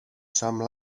some